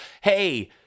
hey